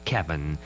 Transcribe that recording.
Kevin